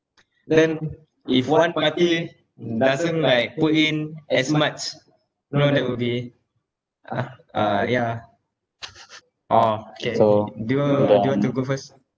then if one party doesn't like put in as much you know that would be ah uh ya orh K so do you do you want to go first